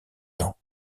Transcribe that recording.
temps